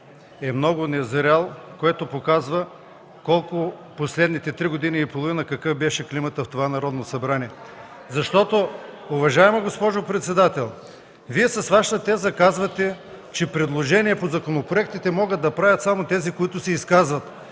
е много незрял, което показва последните три години и половина какъв беше климатът в това Народно събрание. Защото, уважаема госпожо председател, Вие с Вашата теза казвате, че предложения по законопроектите могат да правят само тези, които се изказват,